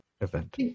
event